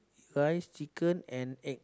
rice chicken and egg